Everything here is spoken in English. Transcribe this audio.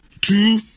two